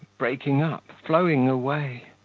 breaking up, flowing away.